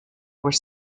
were